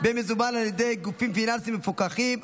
במזומן על ידי גופים פיננסיים מפוקחים),